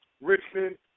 Richmond